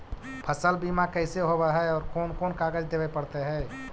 फसल बिमा कैसे होब है और कोन कोन कागज देबे पड़तै है?